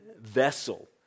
vessel